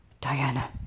Diana